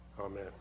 Amen